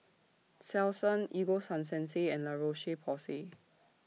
Selsun Ego Sunsense and La Roche Porsay